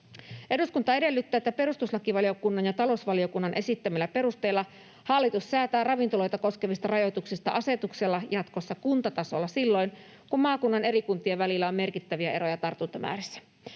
”Eduskunta edellyttää, että perustuslakivaliokunnan ja talousvaliokunnan esittämillä perusteilla hallitus säätää ravintoloita koskevista rajoituksista asetuksella jatkossa kuntatasolla silloin, kun maakunnan eri kuntien välillä on merkittäviä eroja tartuntamäärissä.”